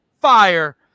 fire